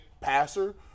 passer